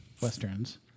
westerns